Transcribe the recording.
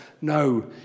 No